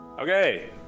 Okay